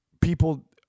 people